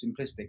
simplistic